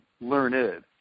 learned